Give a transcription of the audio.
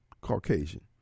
Caucasian